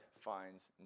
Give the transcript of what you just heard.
finds